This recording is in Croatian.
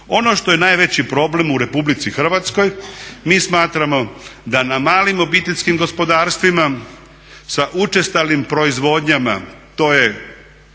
Ono što je najveći problem u Republici Hrvatskoj, mi smatrao da na malim obiteljskim gospodarstvima sa učestalim proizvodnjama to je